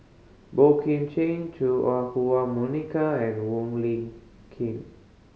Boey Kim Cheng Chua Ah Huwa Monica and Wong Lin Keen